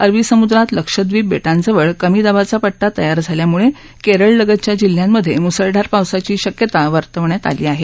अरबी समुद्रात लक्षद्वीप बेटांजवळ कमी दाबाचा पट्टा तयार झाल्यामुळे केरळ लगतच्या जिल्ह्यांमधे मु्सळधार पावसाची शक्यता वर्तवण्यात आली आहे